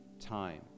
time